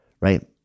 right